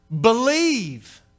Believe